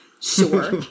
Sure